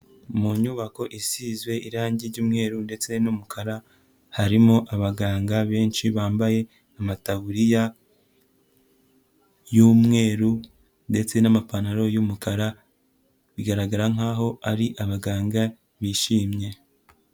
Mu nyubako isize irange r'yumweru ndetse n'umukara, harimo abaganga benshi bambaye amataburiya y'umweru ndetse n'amapantaro y'umukara, bigaragara nk'aho ari abaganga bishimye.